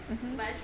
mmhmm